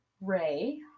Ray